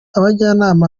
abajyanama